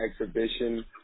exhibition